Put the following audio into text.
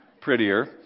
prettier